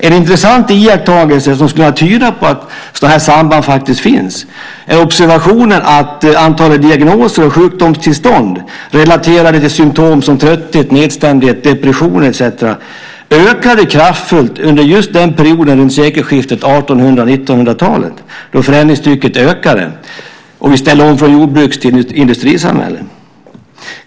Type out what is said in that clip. En intressant iakttagelse som skulle kunna tyda på att sådana här samband faktiskt finns är observationen att antalet diagnoser av sjukdomstillstånd relaterade till symtom som trötthet, nedstämdhet, depression etcetera ökade kraftfullt under just den period runt sekelskiftet 1800/1900-tal då förändringstrycket ökade och vi ställde om från jordbruks till industrisamhälle.